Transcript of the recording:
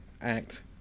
act